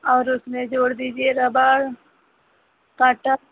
और उसमें जोड़ दीजिए रबर कटर